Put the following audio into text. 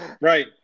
right